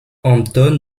hampton